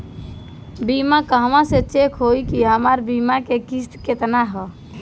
बीमा कहवा से चेक होयी की हमार बीमा के किस्त केतना ह?